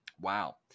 Wow